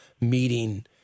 meeting